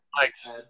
Thanks